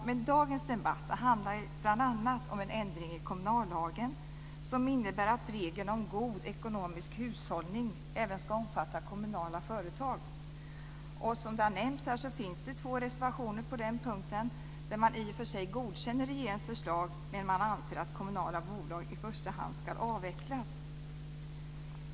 Men dagens debatt handlar bl.a. om en ändring i kommunallagen som innebär att regeln om god ekonomisk hushållning även ska omfatta kommunala företag. Som har nämnts här finns det två reservationer på den punkten, där man i och för sig godkänner regeringens förslag, men man anser att kommunala bolag i första hand ska avvecklas.